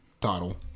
title